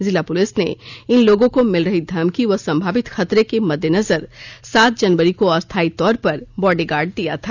जिला पुलिस ने इन लोगों को मिल रही धमकी व संभावित खतरे के मद्देनजर सात जनवरी को अस्थायी तौर पर बॉडीगार्ड दिया था